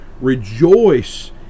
rejoice